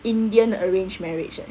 indian arranged marriage eh